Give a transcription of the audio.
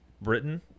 Britain